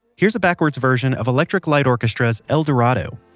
here's a backwards version of electric light orchestra's eldorado.